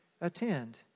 attend